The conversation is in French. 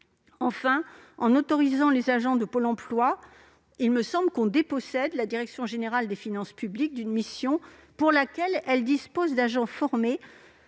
enfin, en autorisant les agents de Pôle emploi à accéder à ces fichiers, il me semble que l'on dépossède la direction générale des finances publiques d'une mission pour laquelle elle dispose d'agents formés.